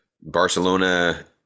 Barcelona